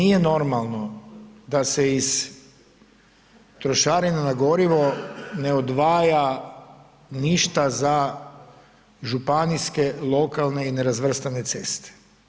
I nije normalno da se iz trošarine na gorivo ne odvaja ništa za županijske, lokalne i nerazvrstane ceste.